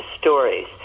stories